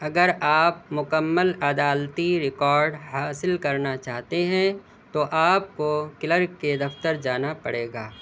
اگر آپ مکمل عدالتی ریکارڈ حاصل کرنا چاہتے ہیں تو آپ کو کلرک کے دفتر جانا پڑے گا